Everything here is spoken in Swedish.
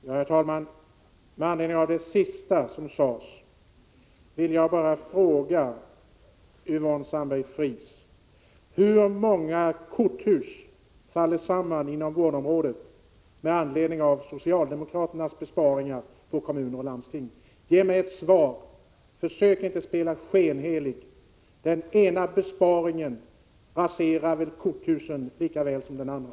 Herr talman! Med anledning av det sista som sades vill jag bara fråga Yvonne Sandberg-Fries hur många korthus som faller samman inom vårdområdet på grund av socialdemokraternas besparingar när det gäller kommuner och landsting. Ge mig ett svar och försök inte att spela skenhelig! Den ena besparingen raserar korthus lika väl som den andra.